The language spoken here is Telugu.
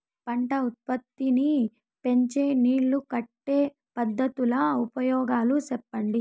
పంట ఉత్పత్తి నీ పెంచే నీళ్లు కట్టే పద్ధతుల ఉపయోగాలు చెప్పండి?